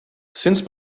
since